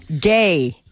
gay